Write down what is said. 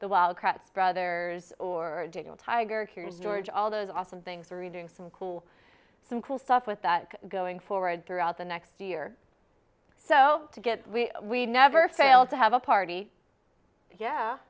the wildcats brothers or daniel tiger curious george all those awesome things are you doing some cool some cool stuff with that going forward throughout the next year or so to get we we never fail to have a party yeah